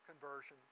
conversion